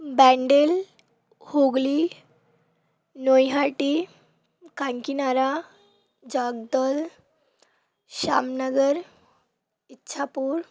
ব্যান্ডেল হুগলি নৈহাটি কাঁকিনাড়া জগদ্দল শ্যামনগর ইছাপুর